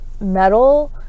metal